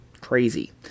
crazy